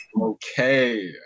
Okay